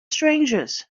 strangers